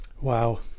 Wow